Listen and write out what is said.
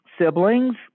siblings